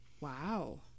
Wow